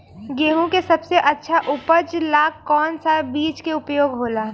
गेहूँ के सबसे अच्छा उपज ला कौन सा बिज के उपयोग होला?